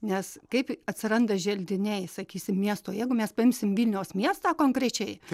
nes kaip atsiranda želdiniai sakysim miesto jeigu mes paimsim vilniaus miestą konkrečiai